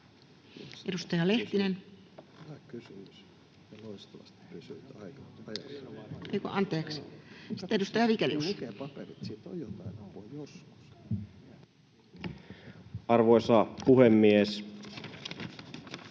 Edustaja Vigelius. Arvoisa puhemies!